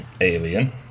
Alien